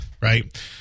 Right